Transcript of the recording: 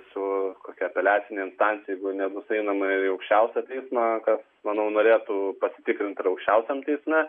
su kokia apeliacine instancija jeigu nebus einama į aukščiausią teismą kas manau norėtų pasitikrint ir aukščiausiam teisme